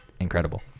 incredible